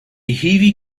ivy